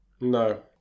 No